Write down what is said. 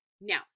Now